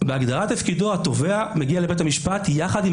בהגדרת תפקידו התובע מגיע לבית המשפט יחד עם